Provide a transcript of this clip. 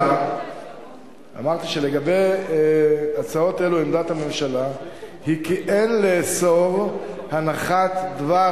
אמרתי שלגבי הצעות אלה עמדת הממשלה היא כי אין לאסור הנחת דבר